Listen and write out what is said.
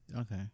okay